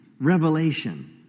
revelation